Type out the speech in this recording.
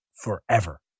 forever